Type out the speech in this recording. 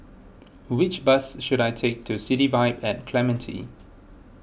which bus should I take to City Vibe at Clementi